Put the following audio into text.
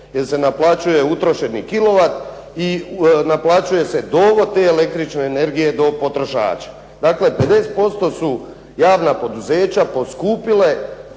jer se naplaćuje utrošeni kilovat i naplaćuje se dovod te električne energije do potrošača. Dakle, 50% su javna poduzeća poskupile